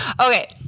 Okay